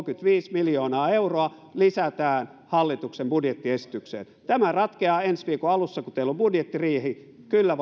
kolmekymmentäviisi miljoonaa euroa lisätään hallituksen budjettiesitykseen tämä ratkeaa ensi viikon alussa kun teillä on budjettiriihi kyllä